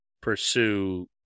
pursue